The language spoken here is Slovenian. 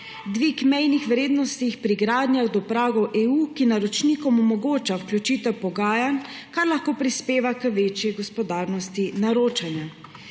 dvig mejnih vrednosti pri gradnjah do pragov EU, ki naročnikom omogoča vključitev pogajanj, kar lahko prispeva k večji gospodarnosti naročanja.